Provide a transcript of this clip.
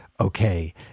okay